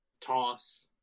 toss